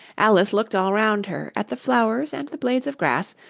alice looked all round her at the flowers and the blades of grass,